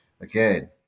again